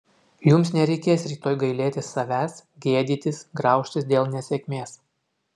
jums nereikės rytoj gailėtis savęs gėdytis graužtis dėl nesėkmės